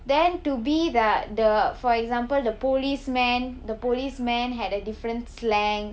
then to be that the for example the policeman the policeman had a different slang